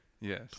yes